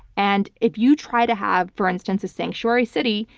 and if you try to have, for instance, a sanctuary city,